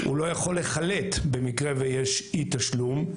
הוא לא יכול לחלט במקרה ויש אי תשלום,